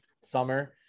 summer